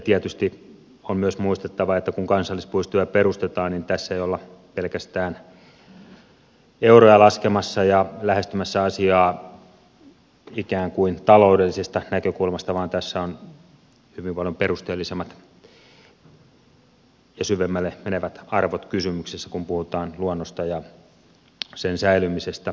tietysti on myös muistettava että kun kansallispuistoja perustetaan niin tässä ei olla pelkästään euroja laskemassa ja lähestymässä asiaa ikään kuin taloudellisesta näkökulmasta vaan tässä on hyvin paljon perusteellisemmat ja syvemmälle menevät arvot kysymyksessä kun puhutaan luonnosta ja sen säilymisestä jälkipolville